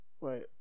Wait